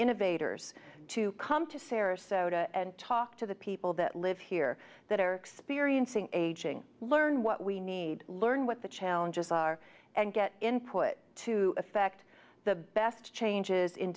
innovators to come to sarasota and talk to the people that live here that are experiencing aging learn what we need learn what the challenges are and get input to effect the best changes in